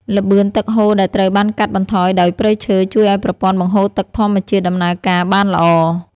ល្បឿនទឹកហូរដែលត្រូវបានកាត់បន្ថយដោយព្រៃឈើជួយឱ្យប្រព័ន្ធបង្ហូរទឹកធម្មជាតិដំណើរការបានល្អ។